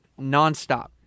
nonstop